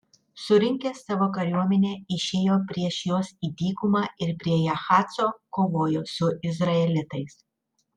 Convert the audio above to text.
surinkęs savo kariuomenę išėjo prieš juos į dykumą ir prie jahaco kovojo su izraelitais